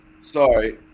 sorry